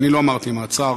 אני לא אמרתי מעצר,